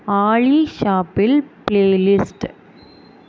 Ali shuffle playlist